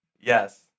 Yes